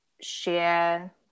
share